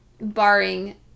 barring